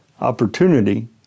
opportunity